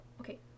okay